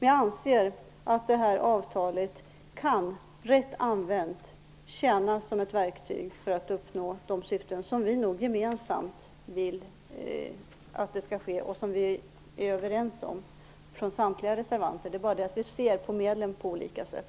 Jag anser att avtalet rätt använt kan tjäna som ett verktyg för att uppnå de syften som vi nog är överens om från samtliga reservanter. Vi ser bara på medlen på olika sätt.